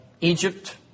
Egypt